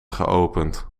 geopend